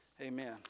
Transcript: Amen